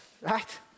right